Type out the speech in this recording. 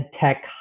tech